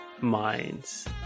minds